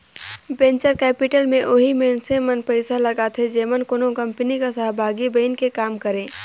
venture capital में ओही मइनसे मन पइसा लगाथें जेमन कोनो कंपनी कर सहभागी बइन के काम करें